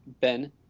Ben